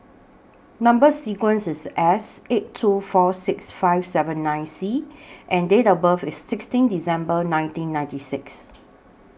Number sequence IS S eight two four six five seventy nine C and Date of birth IS sixteen December nineteen ninety six